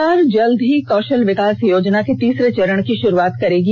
सरकार शीघ्र ही कौशल विकास योजना के तीसरे चरण की शुरुआत करेगी